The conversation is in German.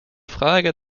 frage